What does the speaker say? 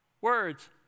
words